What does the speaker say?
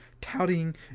touting